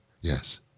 Yes